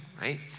right